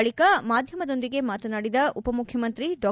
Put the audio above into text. ಬಳಿಕ ಮಾಧ್ಯಮದೊಂದಿಗೆ ಮಾತನಾಡಿದ ಉಪಮುಖ್ಯಮಂತ್ರಿ ಡಾ